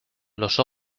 los